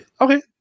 Okay